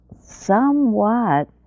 somewhat